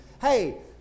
hey